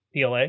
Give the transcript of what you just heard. PLA